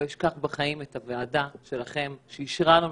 לא אשכח בחיים את הוועדה שלכם שאישרה לנו